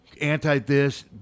anti-this